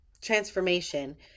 transformation